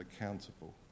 accountable